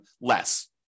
less